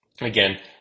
Again